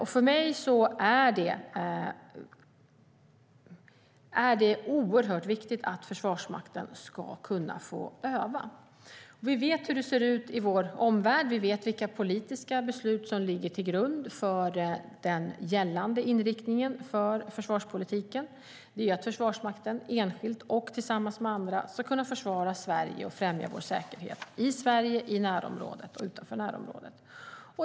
För mig är det oerhört viktigt att Försvarsmakten ska kunna få öva. Vi vet hur det ser ut i vår omvärld. Vi vet vilka politiska beslut som ligger till grund för den gällande inriktningen för försvarspolitiken via Försvarsmakten: Det är att enskilt och tillsammans med andra försvara Sverige och främja vår säkerhet i Sverige, i närområdet och utanför närområdet.